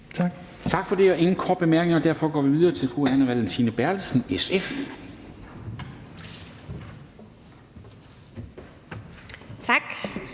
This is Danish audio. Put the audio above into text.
Tak for det. Der er ingen korte bemærkninger, og derfor går vi videre til fru Anne Valentina Berthelsen, SF. Kl.